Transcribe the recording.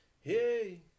Hey